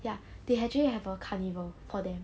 ya they actually have a carnival for them